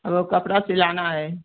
हमको कपड़ा सिलाना है